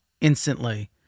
instantly